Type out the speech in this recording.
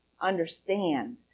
understand